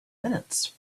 minutes